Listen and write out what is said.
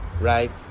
right